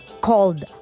called